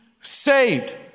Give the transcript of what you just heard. saved